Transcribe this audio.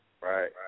Right